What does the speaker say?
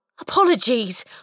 Apologies